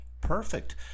Perfect